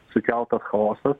sukeltas chaosas